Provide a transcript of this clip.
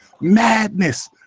Madness